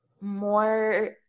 more